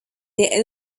their